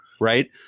Right